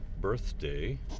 birthday